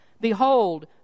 Behold